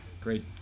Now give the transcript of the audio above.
great